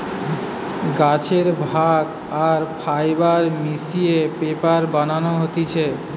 গাছের ভাগ আর ফাইবার মিশিয়ে পেপার বানানো হতিছে